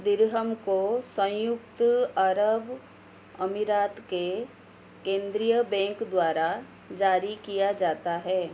दिरहम को संयुक्त अरब अमीरात के केंद्रीय बैंक द्वारा जारी किया जाता है